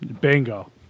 Bingo